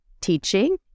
teaching